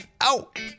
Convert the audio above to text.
out